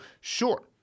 sure